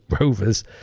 rovers